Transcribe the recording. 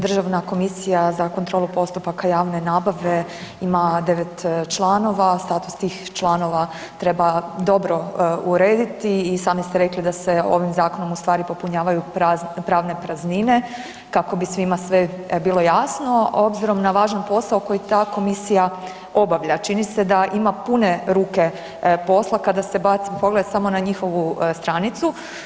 Državna komisija za kontrolu postupaka javne nabave ima devet članova, status tih članova treba dobro urediti i sami ste rekli da se ovim zakonom ustvari popunjavaju pravne praznine kako bi svima sve bilo jasno, obzirom na važan posao koji ta komisija obavlja, čini se da ima pune ruka posla, kada se baci pogled samo na njihovu stranicu.